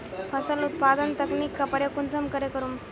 फसल उत्पादन तकनीक का प्रयोग कुंसम करे करूम?